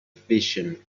vision